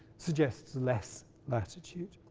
suggests less latitude.